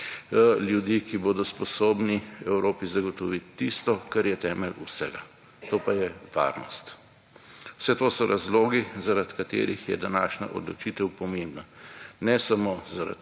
ljudi, ki bodo sposobni Evropi zagotoviti tisto kar je temelj vsega, to pa je varnost. Vse to so razlogi zaradi katerih je današnja odločitev pomembna, ne samo zaradi